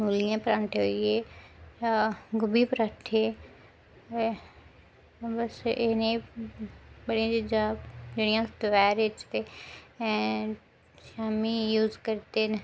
मूली दे परांठे होई गे जां गोबी दे परांठे बस इयै नेही बड़ियां चीजां जेह्ड़ियां अस दपैहरी च ते शाम्मी यूज करदे न